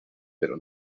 pero